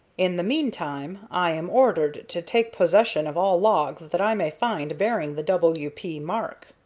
in the meantime i am ordered to take possession of all logs that i may find bearing the w. p. mark.